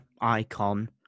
icon